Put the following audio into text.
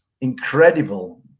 incredible